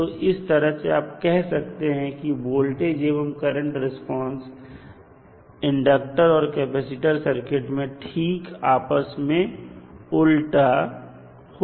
तो इस तरह से आप कह सकते हैं की वोल्टेज एवं करंट रिस्पांस L और C सर्किट का ठीक आपस में उल्टा होता है